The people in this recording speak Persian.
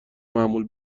معمول